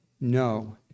No